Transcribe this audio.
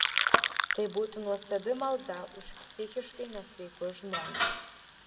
tai būtų nuostabi malda už psichiškai nesveikus žmones